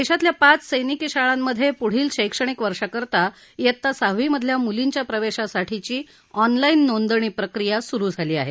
देशातल्या पाच सैनिकी शाळांमध्ये पुढील शैक्षणिक वर्षाकरता इयत्ता सहावी मधल्या मुलींच्या प्रवेशासाठीची ऑनलाइन नोंदणी प्रक्रिया सुरू झाली आहे